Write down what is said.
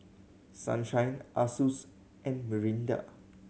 Sunshine Asus and Mirinda